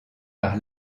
par